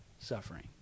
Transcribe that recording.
suffering